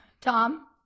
Tom